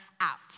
out